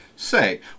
Say